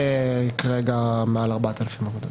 כרגע יש מעל 4,000 אגודות